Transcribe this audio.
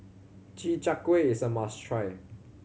Chi Kak Kuih is a must try